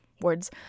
words